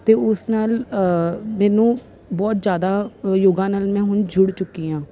ਅਤੇ ਉਸ ਨਾਲ ਮੈਨੂੰ ਬਹੁਤ ਜ਼ਿਆਦਾ ਯੋਗਾ ਨਾਲ ਮੈਂ ਹੁਣ ਜੁੜ ਚੁੱਕੀ ਹਾਂ